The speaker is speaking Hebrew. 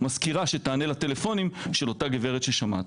מזכירה שתענה לטלפונים של אותה גברת ששמעת.